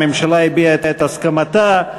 הממשלה הביעה את הסכמתה,